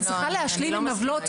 אני צריכה להשלים עם עוולות,